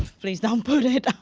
please don't put it on